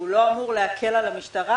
הוא לא אמור להקל על המשטרה,